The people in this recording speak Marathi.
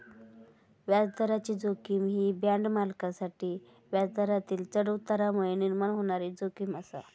व्याजदराची जोखीम ही बाँड मालकांसाठी व्याजदरातील चढउतारांमुळे निर्माण होणारी जोखीम आसा